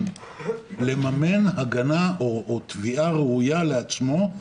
לממן הגנה או תביעה ראויה לעצמו.